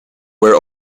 were